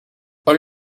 all